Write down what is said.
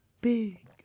big